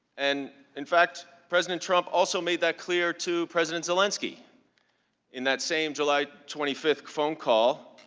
and in fact, president trump also made that clear to president zelensky in that same july twenty fifth phone call.